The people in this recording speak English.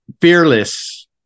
Fearless